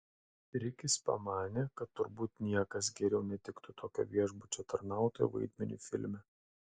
rikis pamanė kad turbūt niekas geriau netiktų tokio viešbučio tarnautojo vaidmeniui filme